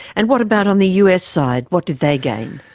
and what about on the us side, what did they gain?